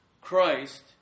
Christ